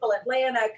Atlanta